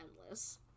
endless